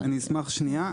אני אשמח שנייה.